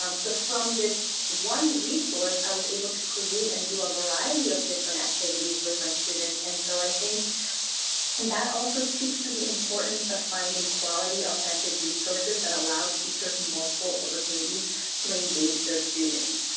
um so from this one resource, i was able to create and do a variety of different activities with my students. and so i think and that also speaks to the importance of finding quality, authentic resources that allow teachers multiple opportunities to engage their students.